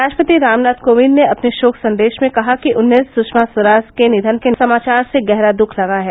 राष्ट्रपति कोविंद ने अपने शोक संदेश में कहा कि उन्हें सुषमा स्वराज के निधन के समाचार से गहरा धक्का लगा है